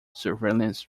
surveillance